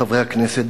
חברי הכנסת,